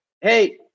Hey